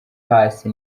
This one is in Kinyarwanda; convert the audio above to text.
hasi